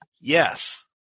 Yes